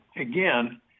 again